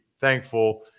thankful